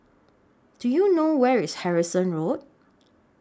Do YOU know Where IS Harrison Road